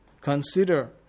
consider